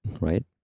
Right